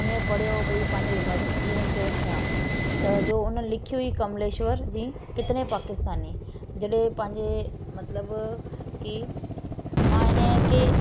हुन में पढ़यो हुओ भई पंहिंजो विभाजन कीअं थियो छा त जो हुन लिखी हुई कमलेश्वर जी कितने पाकिस्तानी जॾहिं पंहिंजे मतलबु की मां हिनखे